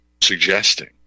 suggesting